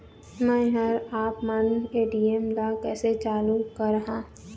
मैं हर आपमन ए.टी.एम ला कैसे चालू कराहां?